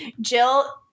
Jill